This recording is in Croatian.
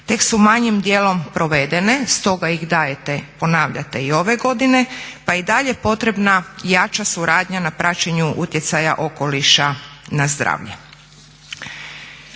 tek su manjim dijelom provedene, stoga ih dajete, ponavljate i ove godine pa je i dalje potrebna jača suradnja na praćenju utjecaja okoliša na zdravlje.